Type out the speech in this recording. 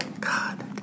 God